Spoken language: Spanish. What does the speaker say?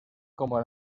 como